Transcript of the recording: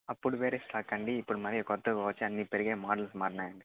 అప్పుడు వేరే స్టాక్ అండి ఇప్పుడు మరి కొత్తగా వచ్చి అన్ని పెరిగాయి మోడల్స్ మారినాయి అండి